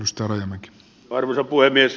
arvoisa puhemies